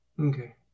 Okay